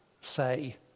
say